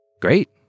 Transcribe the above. Great